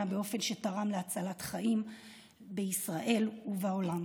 באופן שתרם להצלת חיים בישראל ובעולם.